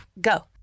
go